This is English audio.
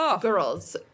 Girls